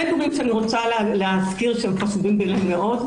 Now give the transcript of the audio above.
שני דברים שאני רוצה להזכיר שהם חשובים מאוד,